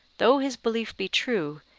though his belief be true,